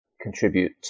contribute